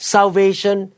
Salvation